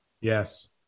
Yes